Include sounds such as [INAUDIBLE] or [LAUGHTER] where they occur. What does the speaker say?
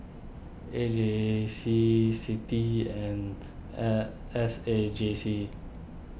A J C Citi and [HESITATION] S A J C